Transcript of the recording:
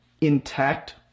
intact